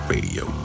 Radio